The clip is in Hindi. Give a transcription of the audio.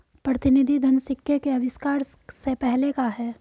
प्रतिनिधि धन सिक्के के आविष्कार से पहले का है